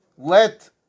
let